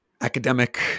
academic